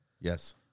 Yes